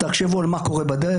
תחשבו על מה קורה בדרך,